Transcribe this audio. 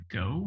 go